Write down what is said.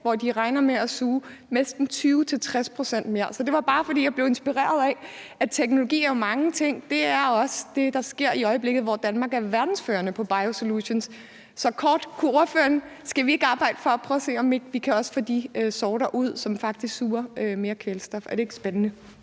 og de regner med at suge næsten 20-60 pct. mere. Så det var bare, fordi jeg blev inspireret af, at teknologi jo er mange ting. Det er også det, der sker i øjeblikket, hvor Danmark er verdensførende inden for biosolutions. Så helt kort vil jeg spørge: Skal vi ikke arbejde for at prøve at se, om vi ikke også kan få de sorter, som faktisk suger mere kvælstof, ud? Er det ikke spændende?